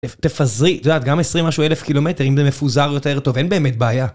תפזרי, את יודעת, גם 20 משהו אלף קילומטר, אם זה מפוזר יותר טוב, אין באמת בעיה.